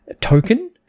token